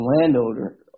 landowner